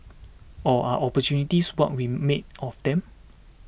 or are opportunities what we make of them